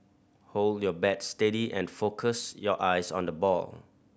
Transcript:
hold your bat steady and focus your eyes on the ball